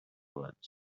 words